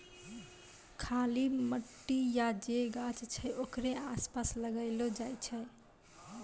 खाली मट्टी या जे गाछ छै ओकरे आसपास लगैलो जाय छै